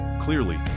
Clearly